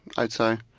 i'd say.